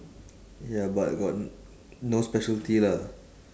ya but got no specialty lah